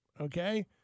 Okay